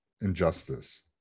injustice